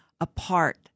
apart